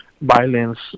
violence